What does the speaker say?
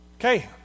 Okay